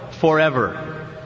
Forever